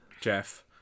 Jeff